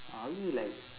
are we like